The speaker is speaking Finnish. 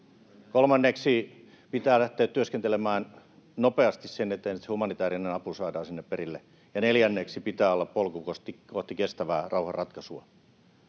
Kolmanneksi pitää lähteä työskentelemään nopeasti sen eteen, että humanitäärinen apu saadaan sinne perille. Ja neljänneksi pitää olla polku kohti kestävän rauhan ratkaisua.